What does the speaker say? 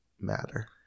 matter